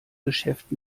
geschäft